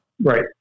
Right